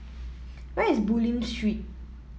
where is Bulim Street